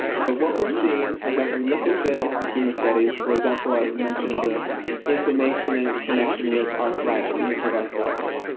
but, what we're seeing, for example we look at the the human studies, for example i mentioned inflammation and its connection with arthritis, rheumatoid arthritis.